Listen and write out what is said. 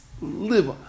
live